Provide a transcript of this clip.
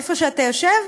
איפה שאתה יושב,